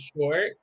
short